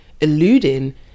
eluding